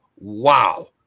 wow